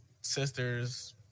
sisters